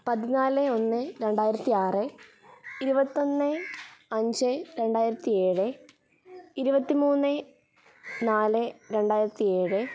പതിനാല് ഒന്ന് രണ്ടായിരത്തി ആറ് ഇരുപത്തൊന്ന് അഞ്ച് രണ്ടായിരത്തി ഏഴ് ഇരുപത്തി മൂന്ന് നാല് രണ്ടായിരത്തി ഏഴ്